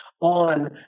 on